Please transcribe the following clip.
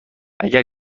اگر